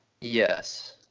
Yes